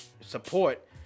support